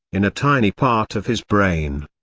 in a tiny part of his brain.